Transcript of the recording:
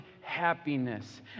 happiness